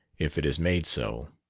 if it is made so.